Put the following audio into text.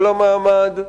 כל המעמד,